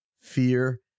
fear